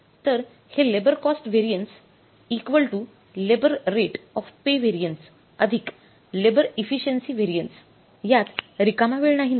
तर हे labour cost variance equal to labour rate of pay variance अधिक labour efficiency variance रिकामा वेळ नाही ना